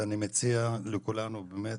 ואני מציע לכולנו, באמת